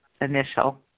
initial